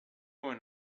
went